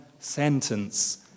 sentence